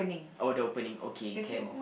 oh the opening okay can